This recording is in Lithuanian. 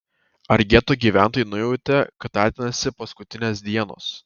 ar geto gyventojai nujautė kad artinasi paskutinės dienos